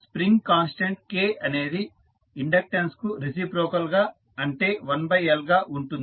spring constant K అనేది inductance కు reciprocal గా అంటే 1L గా ఉంటుంది